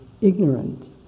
ignorant